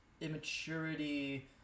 immaturity